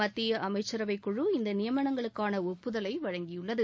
மத்திய அமைச்சரவை குழு இந்த நியமனங்களுக்கான ஒப்புதலை வழங்கியுள்ளது